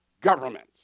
government